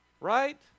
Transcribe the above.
Right